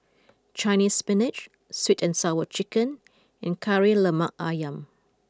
Chinese Spinach Sweet and Sour Chicken and Kari Lemak Ayam